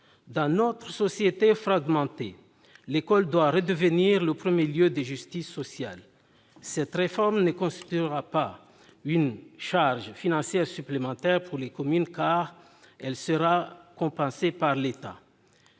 Dans notre société fragmentée, l'école doit redevenir le premier lieu de justice sociale. Cette réforme ne constituera pas une charge financière supplémentaire pour les communes, car elle sera compensée par l'État.